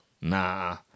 Nah